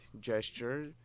gesture